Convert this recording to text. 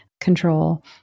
control